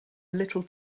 little